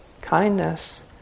kindness